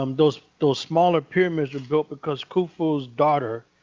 um those those smaller pyramids were built because khufu's daughter,